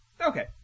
Okay